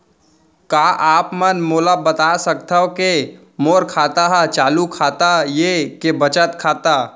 का आप मन मोला बता सकथव के मोर खाता ह चालू खाता ये के बचत खाता?